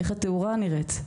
איך התאורה נראית,